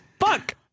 Fuck